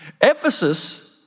Ephesus